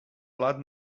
blat